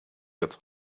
wird